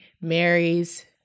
marries